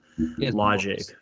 logic